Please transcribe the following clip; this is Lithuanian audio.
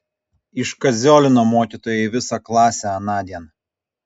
iškaziolino mokytojai visą klasę anądien